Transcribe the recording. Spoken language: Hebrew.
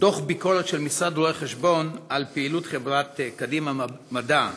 דוח ביקורת של משרד רואי חשבון על פעילות חברת קדימה מדע,